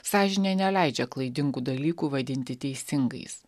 sąžinė neleidžia klaidingų dalykų vadinti teisingais